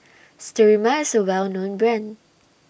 Sterimar IS A Well known Brand